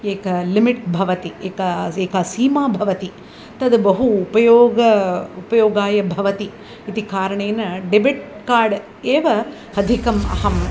एकं लिमिट् भवति एका एका सीमा भवति तद् बहु उपयोगम् उपयोगाय भवति इति कारणेन डेबिट् कार्ड् एव अधिकम् अहम्